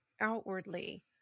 outwardly